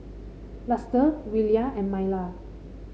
Luster Willia and Myla